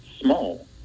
small